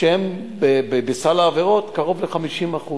שהן קרוב ל-50%